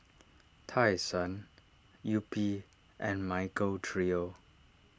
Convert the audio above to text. Tai Sun Yupi and Michael Trio